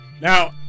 Now